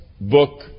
book